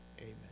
amen